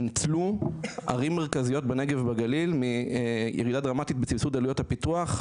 ניצלו ערים מרכזיות בנגב ובגליל מירידה דרמטית בסבסוד עלויות הפיתוח,